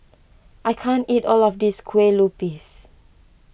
I can't eat all of this Kueh Lupis